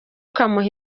ukamuha